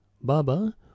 Baba